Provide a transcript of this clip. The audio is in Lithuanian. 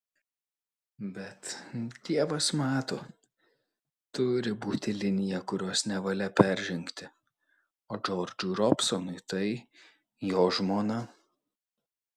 bet dievas mato turi būti linija kurios nevalia peržengti o džordžui robsonui tai jo žmona